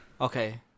okay